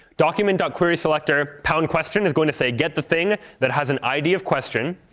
document dot query selector pound question is going to say get the thing that has an id of question.